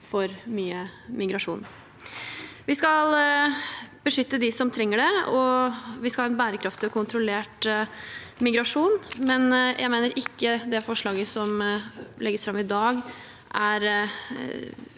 for mye migrasjon. Vi skal beskytte dem som trenger det, og vi skal ha en bærekraftig og kontrollert migrasjon. Jeg mener at det forslaget som legges fram i dag,